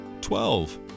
Twelve